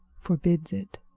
forbids it.